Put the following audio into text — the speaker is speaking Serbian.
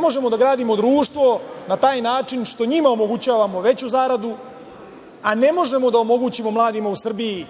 možemo da gradimo društvo na taj način što ćemo njima omogućiti veću zaradu, a ne možemo da omogućimo mladima u Srbiji